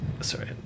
Sorry